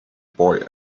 boy